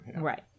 Right